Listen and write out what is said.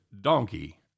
donkey